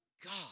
God